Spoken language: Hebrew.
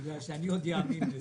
בגלל שאני עוד אאמין בזה.